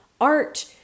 art